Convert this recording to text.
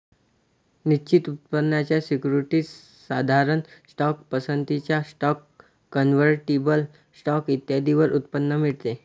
निश्चित उत्पन्नाच्या सिक्युरिटीज, साधारण स्टॉक, पसंतीचा स्टॉक, कन्व्हर्टिबल स्टॉक इत्यादींवर उत्पन्न मिळते